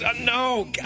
No